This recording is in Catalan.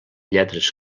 lletres